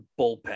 bullpen